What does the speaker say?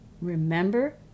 Remember